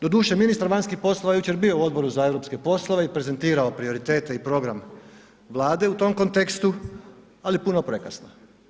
Doduše ministar vanjskih poslova jučer je bio u Odboru za europske poslove i prezentirao prioritete i program Vlade u tom kontekstu, ali puno prekasno.